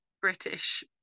British